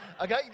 okay